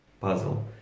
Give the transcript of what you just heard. puzzle